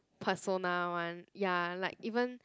persona one ya like even